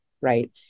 Right